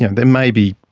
yeah there may be,